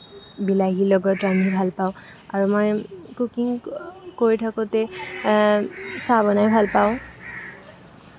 বিলাহী লগত ৰান্ধি ভাল পাওঁ আৰু মই কুকিং কৰি থাকোঁতে চাহ বনাই ভাল পাওঁ